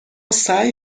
سعی